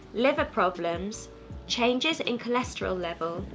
liver problems changes in cholesterol level,